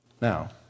Now